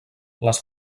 les